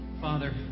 Father